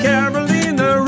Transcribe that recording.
Carolina